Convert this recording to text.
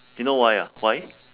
you know why ah why